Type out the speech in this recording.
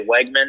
Wegman